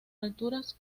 alturas